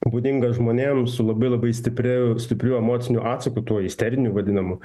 būdingas žmonėm su labai labai stipria stipriu emociniu atsaku tuo isteriniu vadinamu